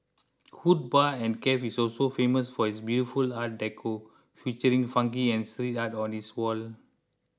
Hood Bar and Cafe is also famous for its beautiful art decor featuring funky and street art on its walls